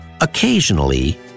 occasionally